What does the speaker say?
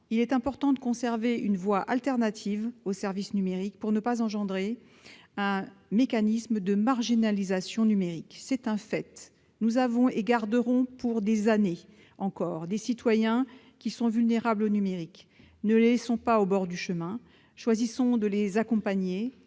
Il est important de conserver une voie alternative aux services numériques pour ne pas favoriser un processus de marginalisation numérique. C'est un fait : nous avons et garderons pour des années encore des citoyens vulnérables face au numérique. Ne les laissons pas au bord du chemin et choisissons de les accompagner